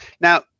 Now